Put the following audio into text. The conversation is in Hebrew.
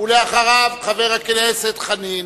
אחריו, חבר הכנסת חנין.